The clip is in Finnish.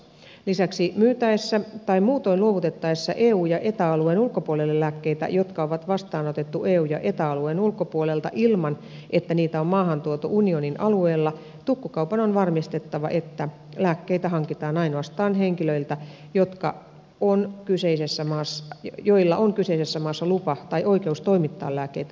lisäksi myytäessä tai muutoin luovutettaessa eu ja eta alueen ulkopuolelle lääkkeitä jotka on vastaanotettu eu ja eta alueen ulkopuolelta ilman että niitä on maahantuotu unionin alueella tukkukaupan on varmistettava että lääkkeitä hankitaan ainoastaan henkilöiltä joilla on kyseisessä maassa lupa tai oikeus toimittaa lääkkeitä tukkukaupalle